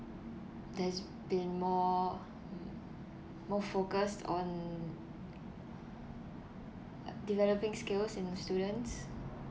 there's been more more focus on uh developing skills in students